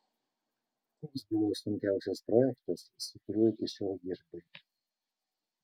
koks buvo sunkiausias projektas su kuriuo iki šiol dirbai